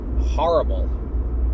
horrible